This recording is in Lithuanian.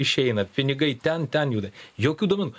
išeina pinigai ten ten juda jokių duomenų